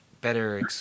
better